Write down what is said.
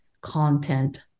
content